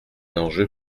enjeu